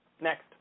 next